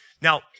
Now